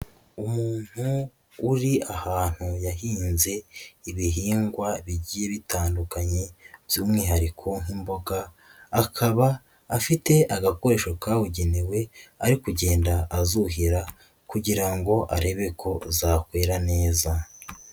Umuntu uri ahantu yahinze ibihingwa bigiye bitandukanye by'umwihariko nk'imboga, akaba afite agakoresho kabugenewe ari kugenda azuhira kugira ngo arebe ko zakwera neza.